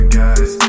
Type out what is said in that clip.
guys